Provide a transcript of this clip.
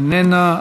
איננה,